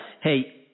Hey